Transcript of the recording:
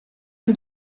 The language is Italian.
che